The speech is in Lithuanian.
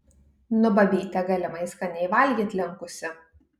nu babytė galimai skaniai valgyt linkusi